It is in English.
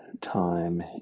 time